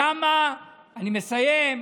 למה, אני מסיים.